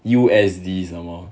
U_S_D some more